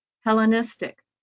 Hellenistic